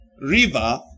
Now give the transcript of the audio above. river